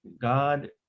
god